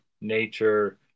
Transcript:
nature